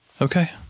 Okay